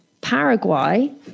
Paraguay